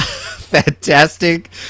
fantastic